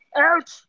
Ouch